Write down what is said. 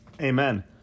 Amen